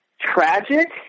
tragic